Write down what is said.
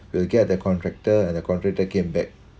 we'll get the contractor and the contractor came back